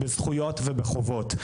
ובזכויות ובחובות.